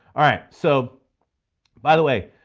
all right, so by the way,